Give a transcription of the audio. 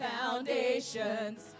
Foundations